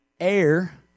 Air